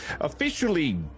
officially